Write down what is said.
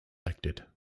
elected